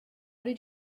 did